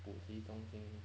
补习中心